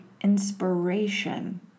inspiration